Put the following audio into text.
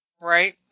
Right